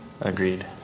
agreed